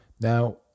Now